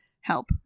Help